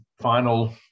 final